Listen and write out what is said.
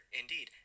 indeed